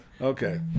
Okay